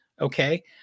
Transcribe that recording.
Okay